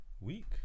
Week